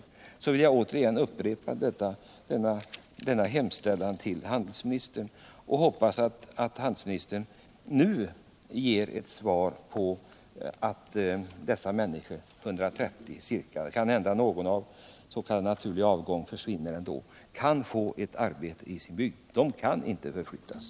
Därför vill jag återigen upprepa denna hemställan till handelsministern, som jag hoppas att handelsministern nu ger svar på, som innebär att dessa ca 130 människor kan få arbete i sin bygd. De kan inte förflyttas.